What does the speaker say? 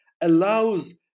allows